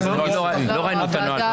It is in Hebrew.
לא ראינו את הנוהל.